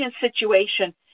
situation